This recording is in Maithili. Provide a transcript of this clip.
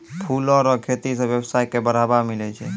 फूलो रो खेती से वेवसाय के बढ़ाबा मिलै छै